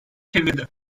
çevrildi